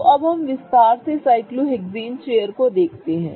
तो अब हम विस्तार से साइक्लोहेक्सेन चेयर को देखते हैं